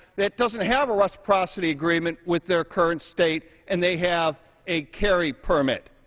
that doesn't have a reciprocity agreement with their current state, and they have a carry permit.